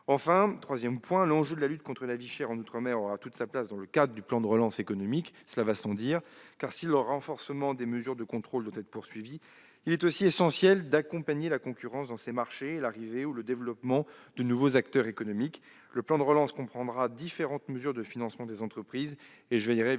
sanitaire. Enfin, l'enjeu de la lutte contre la vie chère en outre-mer aura toute sa place dans le cadre du plan de relance économique, cela va sans dire. En effet, si le renforcement des mesures de contrôle doit être poursuivi, il est également essentiel d'accompagner la concurrence dans ces marchés et l'arrivée ou le développement de nouveaux acteurs économiques. Le plan de relance comprendra différentes mesures de financement des entreprises. Je veillerai